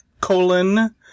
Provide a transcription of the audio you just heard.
colon